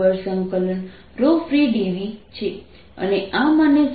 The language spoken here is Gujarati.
dsfree dv છે અને આ મને D